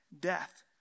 death